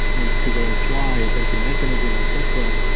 and to figure out why, what is the mechanism etc?